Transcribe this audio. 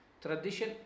Tradition